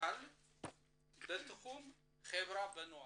נוצל בתחום חברה ונוער.